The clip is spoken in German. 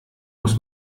muss